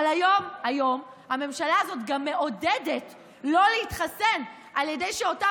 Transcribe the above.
אבל היום הממשלה גם מעודדת לא להתחסן בכך שאותה